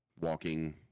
walking